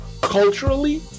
culturally